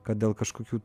kad dėl kažkokių